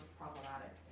problematic